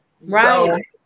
right